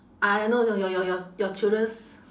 I I know know your your your your children's